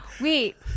Wait